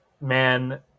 man